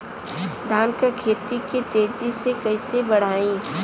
धान क खेती के तेजी से कइसे बढ़ाई?